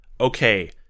okay